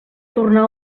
tornar